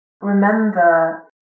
remember